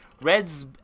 Reds